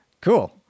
Cool